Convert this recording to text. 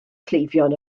cleifion